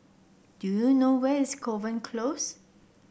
do you know where is Kovan Close